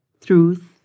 truth